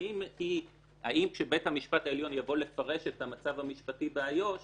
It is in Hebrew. האם כשבית המשפט העליון יבוא לפרש את המצב המשפטי באיו"ש